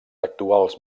actuals